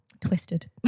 Twisted